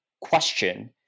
question